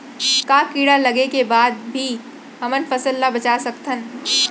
का कीड़ा लगे के बाद भी हमन फसल ल बचा सकथन?